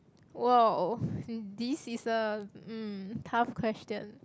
!wow! this is a mm tough question